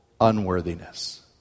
unworthiness